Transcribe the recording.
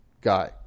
guy